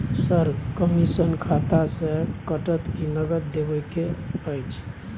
Sir, commission खाता से कटत कि नगद देबै के अएछ?